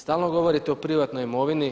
Stalno govorite o privatnoj imovini.